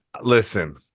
listen